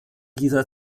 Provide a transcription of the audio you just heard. dieser